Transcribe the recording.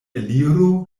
eliru